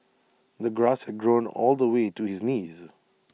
the grass had grown all the way to his knees